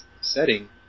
setting